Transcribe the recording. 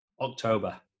October